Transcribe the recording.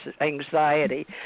anxiety